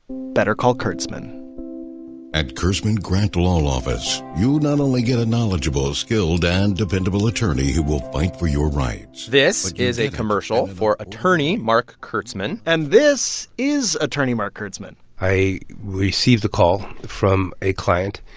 better call kurzman at kurzman grant law office, you'll not only get a knowledgeable, skilled and dependable attorney who will fight for your rights. this is a commercial for attorney marc kurzman and this is attorney marc kurzman i received a call from a client.